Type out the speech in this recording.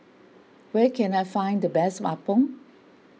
where can I find the best Appam